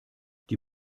die